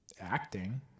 acting